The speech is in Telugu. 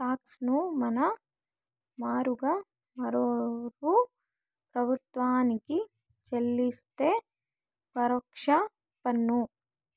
టాక్స్ ను మన మారుగా మరోరూ ప్రభుత్వానికి చెల్లిస్తే పరోక్ష పన్ను